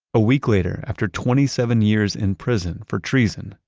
a week later, after twenty seven years in prison for treason,